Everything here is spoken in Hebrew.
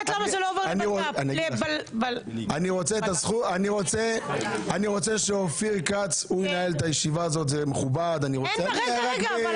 את הישיבה בנושא הרוויזיה שהמבקשים את הרוויזיה לא